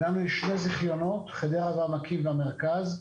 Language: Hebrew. יש לנו שני רישיונות, חדרה והעמקים והמרכז.